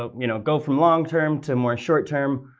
ah you know, go from long term to more short term.